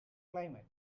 climate